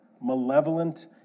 malevolent